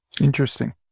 Interesting